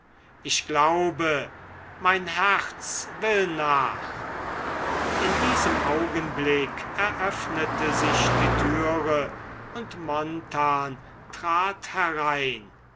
ich glaube mein herz will nach in diesem augenblicke eröffnete sich die türe und montan trat herein